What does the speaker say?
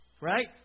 Right